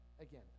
again